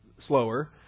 slower